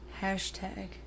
Hashtag